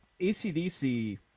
ACDC